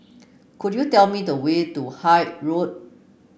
could you tell me the way to Hythe Road